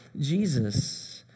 Jesus